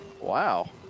Wow